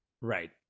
Right